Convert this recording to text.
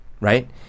Right